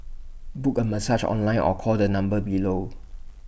book A massage online or call the number below